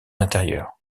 intérieur